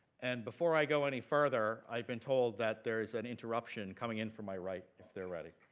and before i go any further, i've been told that there is an interruption coming in from my right, if they're ready?